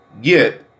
get